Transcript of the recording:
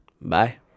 Bye